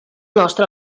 nostra